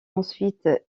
ensuite